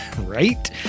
right